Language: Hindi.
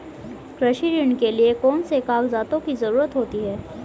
कृषि ऋण के लिऐ कौन से कागजातों की जरूरत होती है?